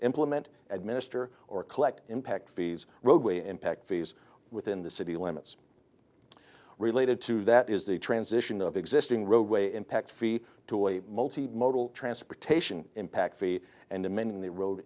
implement administer or collect impact fees roadway impact fees within the city limits related to that is the transition of existing roadway impact fee multi modal transportation impact fee and amending the road